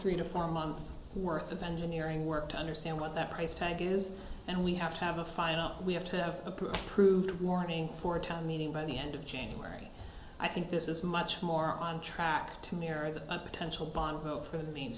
three to four months worth of engineering work to understand what that price tag is and we have to have a final we have to have approved warning for a time meeting by the end of january i think this is much more on track to marry the potential bombshell for the main